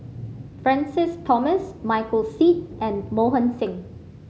Francis Thomas Michael Seet and Mohan Singh